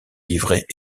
livret